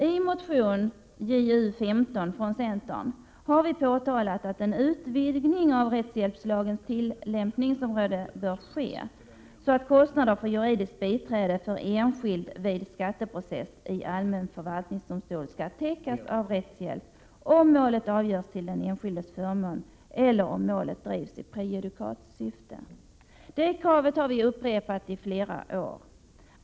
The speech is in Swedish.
I motion Ju15 har vi från centern påpekat att en utvidgning av rättshjälpslagens tillämpningsområde bör ske, så att kostnader för juridiskt biträde för enskild vid skatteprocess i allmän förvaltningsdomstol skall täckas av rättshjälp, om målet avgörs till den enskildes förmån eller om målet drivs i prejudikatsyfte. Det kravet har vi upprepat i flera år.